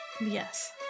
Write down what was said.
Yes